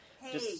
Hey